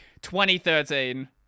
2013